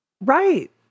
Right